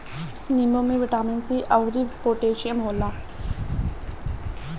नींबू में vitamin C अउरी पोटैशियम होला